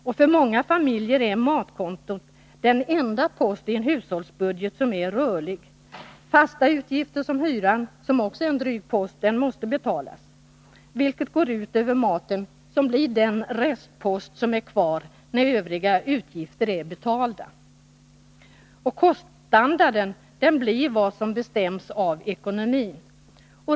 Och för många familjer är matkontot den enda post i en hushållsbudget som är rörlig. Fasta utgifter som hyran, som också är en dryg post, måste betalas. Detta går ut över maten, som blir den restpost som är kvar när övriga utgifter är betalda. Och koststandarden blir vad som bestäms av ekonomin.